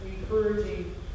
encouraging